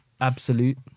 Absolute